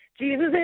Jesus